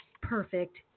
perfect